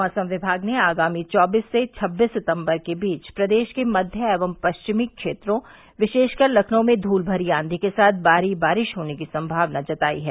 मैसम विमाग ने आगामी चौबीस से छबीस सितम्बर के बीच प्रदेश के मध्य एवं पश्चिमी क्षेत्रों विशेषकर लखनऊ में धूलभरी आंधी के साथ भारी बारिश होने की संभावना जताई है